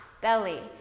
Belly